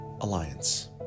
Alliance